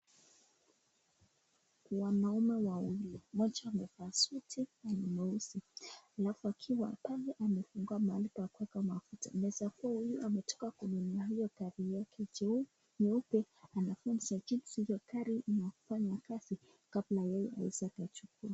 Wanaume wawili, mmoja amevaa suti na ni mweusi halafu akiwa na mwenzake amefungua mahali pa kuweka mafuta, inaweza kuwa huyu amatoka kununua hiyo gari yake nyeupe anafunzwa jinsi hiyo gari inafanya kazi kabla yeye aweze akachukua.